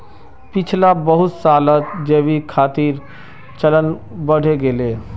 पिछला बहुत सालत जैविक खेतीर चलन बढ़े गेले